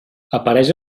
apareix